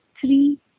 three